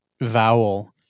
Vowel